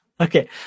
Okay